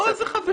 לא, איזה חבר?